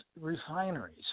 refineries